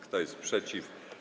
Kto jest przeciw?